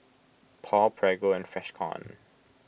Paul Prego and Freshkon